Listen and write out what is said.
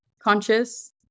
conscious